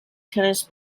tennis